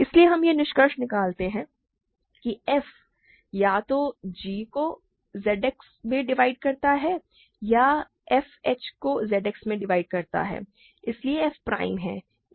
इसलिए हम यह निष्कर्ष निकालते हैं कि f या तो g को Z X में डिवाइड करता है या f h को Z X में डिवाइड करता है और इसलिए f प्राइम है इसलिए Z X a है